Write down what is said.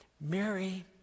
Mary